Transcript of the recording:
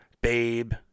babe